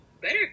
better